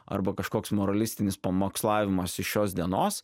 arba kažkoks moralistinis pamokslavimas iš šios dienos